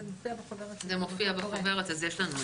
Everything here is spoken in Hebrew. זה מופיע בחוברת אז יש לנו.